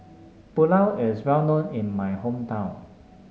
pulao is well known in my hometown